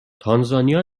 تانزانیا